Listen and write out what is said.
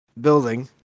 building